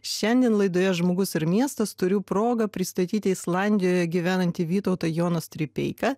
šiandien laidoje žmogus ir miestas turiu progą pristatyti islandijoje gyvenantį vytautą joną stripeiką